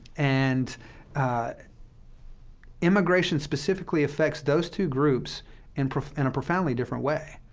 and immigration specifically affects those two groups in and a profoundly different way.